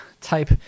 type